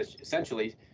essentially